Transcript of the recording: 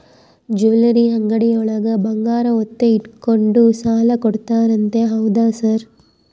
Jewellery ಅಂಗಡಿಯೊಳಗ ಬಂಗಾರ ಒತ್ತೆ ಇಟ್ಕೊಂಡು ಸಾಲ ಕೊಡ್ತಾರಂತೆ ಹೌದಾ ಸರ್?